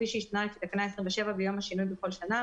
כפי שהשתנה לפי תקנה 27 ביום השינוי בכל שנה,